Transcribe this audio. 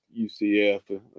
UCF